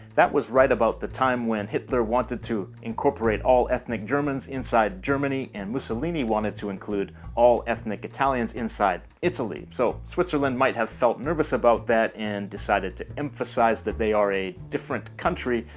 that was right about the time when hitler wanted to incorporate all ethnic germans inside germany and mussolini wanted to include all ethnic italians inside italy. so switzerland might have felt nervous about that and decided to emphasize that they are a different country,